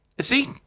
See